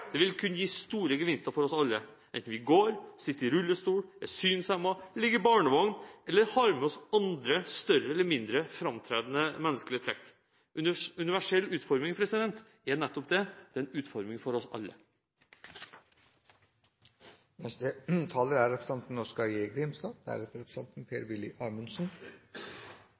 Det vil kunne gi store gevinster for oss alle. Enten vi går, sitter i rullestol, er synshemmet, ligger i barnevogn eller har med oss andre større eller mindre framtredende menneskelige trekk. Universell utforming er nettopp det – en utforming for oss alle.